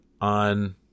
on